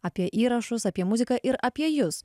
apie įrašus apie muziką ir apie jus